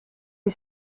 les